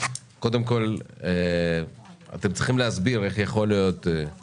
קודם כול, אתם צריכים להסביר איך יש